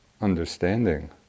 understanding